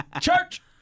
Church